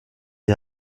die